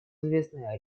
известно